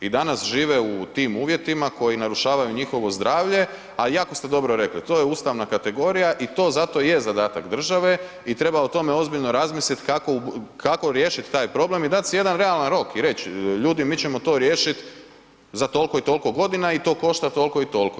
I danas žive u tim uvjetima koji narušavaju njihovo zdravlje a jako ste dobro rekli to je ustavna kategorija i to zato i je zadatak države i treba o tome ozbiljno razmisliti kako riješiti taj problem i dati si jedan realan rok i reći ljudi mi ćemo to riješiti za toliko i toliko godina i to košta toliko i toliko.